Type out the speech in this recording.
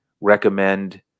recommend